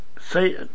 say